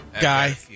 guy